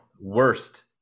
Worst